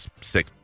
sick